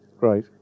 Right